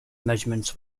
measurements